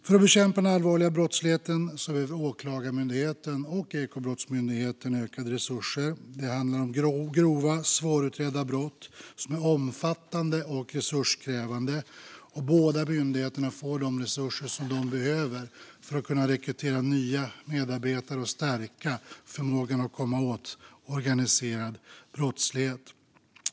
För att bekämpa den allvarliga brottsligheten behöver Åklagarmyndigheten och Ekobrottsmyndigheten ökade resurser. Det handlar om grova, svårutredda brott som är omfattande och resurskrävande. Båda myndigheterna får de resurser som de behöver för att kunna rekrytera nya medarbetare och stärka förmågan att komma åt organiserad brottslighet.